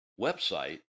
website